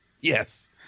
Yes